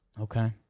Okay